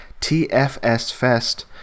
tfsfest